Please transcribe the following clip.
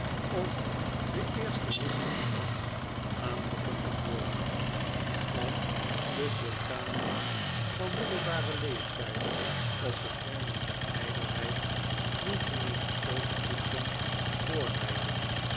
of den eersten mistigen dag aangekondigd worden of de sultanes van middelbaren leeftijd op de kermis der ijdelheid moesten in gesloten koetsen voorrijden